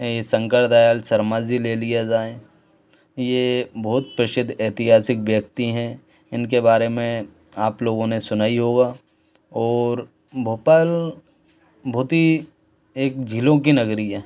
शंकर दयाल शर्मा जी ले लिया जाए ये बहुत प्रसिद्ध एतिहासिक व्यक्ति है इनके बारे में आप लोगों ने सुना ही होगा और भोपाल बहुत ही एक झीलों की नगरी है